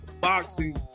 boxing